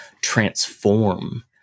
transform